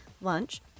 lunch